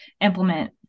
implement